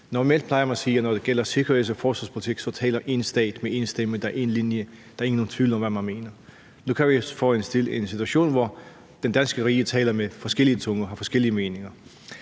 Normalt plejer man at sige, at når det gælder sikkerheds- og forsvarspolitik, taler én stat med én stemme – der er én linje; der er ikke nogen tvivl om, hvad man mener. Nu kan vi få en situation, hvor det danske rige taler med forskellige stemmer,